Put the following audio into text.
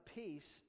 peace